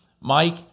Mike